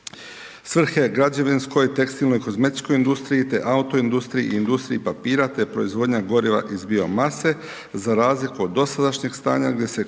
svrhe, građevinske, tekstilnoj, kozmetičkoj industriji, te auto industriji i industriji papira, te proizvodnja goriva iz bio mase, za razliku od dosadašnjih stanja, gdje se